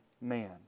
man